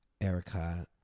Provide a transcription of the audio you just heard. Erica